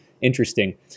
interesting